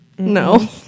No